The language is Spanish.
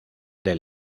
del